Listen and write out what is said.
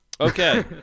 Okay